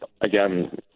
again